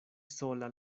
sola